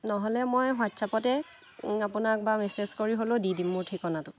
নহ'লে মই হোৱাটছআপতে আপোনাক বা মেচেজ কৰি হ'লেও দি দিম মোৰ ঠিকনাটো